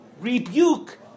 rebuke